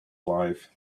life